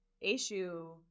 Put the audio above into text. issue